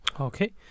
Okay